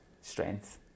Strength